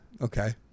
Okay